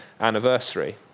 anniversary